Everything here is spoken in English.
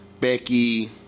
Becky